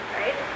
right